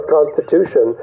Constitution